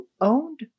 owned